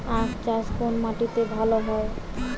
আখ চাষ কোন মাটিতে ভালো হয়?